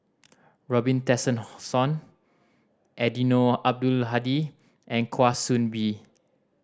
Robin Tessensohn Eddino Abdul Hadi and Kwa Soon Bee